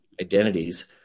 identities